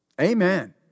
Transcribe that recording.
Amen